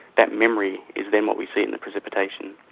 that memory is then what we see in the precipitation.